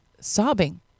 sobbing